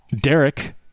Derek